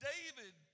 David